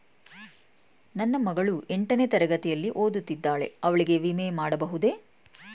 ನನ್ನ ಮಗಳು ಎಂಟನೇ ತರಗತಿಯಲ್ಲಿ ಓದುತ್ತಿದ್ದಾಳೆ ಅವಳಿಗೆ ವಿಮೆ ಮಾಡಿಸಬಹುದೇ?